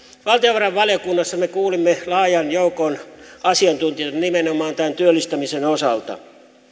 valtiovarainvaliokunnassa me kuulimme laajan joukon asiantuntijoita nimenomaan työllistämisen osalta